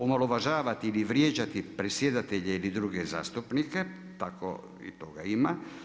Omalovažavati ili vrijeđati predsjedatelje ili druge zastupnika, tako i toga ima.